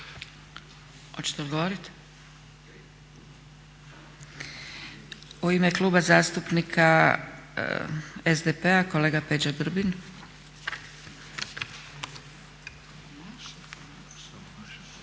Hoćete odgovoriti? U ime Kluba zastupnika SDP-a kolega Peđa Grbin.